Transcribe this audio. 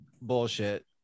bullshit